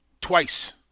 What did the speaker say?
twice –